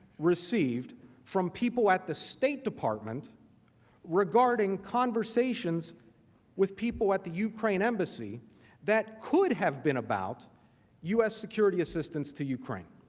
received from people at the state department regarding conversations with people at the ukraine embassy that could have been about u s. security assistance to ukraine.